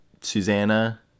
Susanna